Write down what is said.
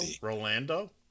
Rolando